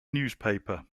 newspaper